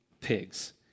pigs